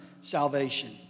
salvation